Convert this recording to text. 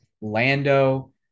Lando